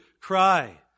cry